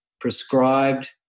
prescribed